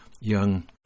young